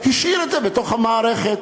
השאיר את זה בתוך המערכת.